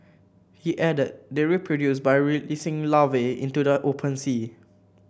he added they reproduce by releasing larvae into the open sea